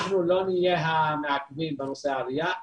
אנחנו לא נהיה המעכבים בנושא העלייה.